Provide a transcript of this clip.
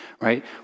Right